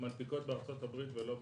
מנפיקות בארצות הברית ולא בישראל.